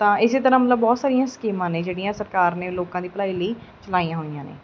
ਤਾਂ ਇਸ ਤਰ੍ਹਾਂ ਮਤਲਬ ਬਹੁਤ ਸਾਰੀਆਂ ਸਕੀਮਾਂ ਨੇ ਜਿਹੜੀਆਂ ਸਰਕਾਰ ਨੇ ਲੋਕਾਂ ਦੀ ਭਲਾਈ ਲਈ ਚਲਾਈਆਂ ਹੋਈਆਂ ਨੇ